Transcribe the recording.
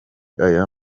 aya